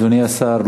אדוני השר,